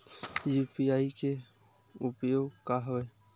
UPI के का उपयोग हवय?